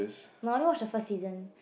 but I only watch the first season